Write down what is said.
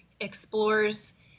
explores